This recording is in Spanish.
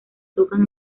tocan